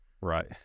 Right